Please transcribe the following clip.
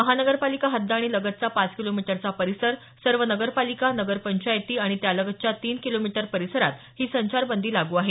महानगरपालिका हद्द आणि लगतचा पाच किलोमीटरचा परिसर सर्व नगरपालिका नगर पंचायती आणि त्यालगतच्या तीन किलोमीटर परिसरात ही संचारबंदी लागू आहे